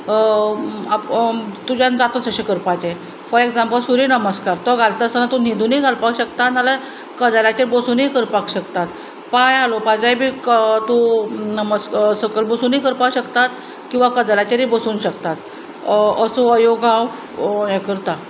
तुज्यान जाता तशें करपाचें फॉर एग्जांपल सूर्यनमस्कार तो घालता आसतना तूं न्हिदुनूय घालपाक शकता नाजाल्यार कदेलाचेर बसूनूय करपाक शकतात पांय हालोवपाक जाय बी तूं नमस् सकयल बसुनूय करपाक शकतात किंवां कदेलाचेरय बसूंक शकतात असो योग हांव हें करतां